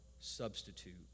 substitute